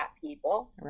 people